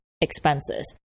expenses